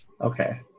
okay